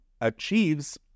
achieves